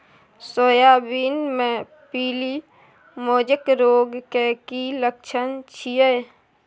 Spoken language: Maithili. सोयाबीन मे पीली मोजेक रोग के की लक्षण छीये?